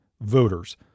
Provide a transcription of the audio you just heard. voters